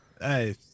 hey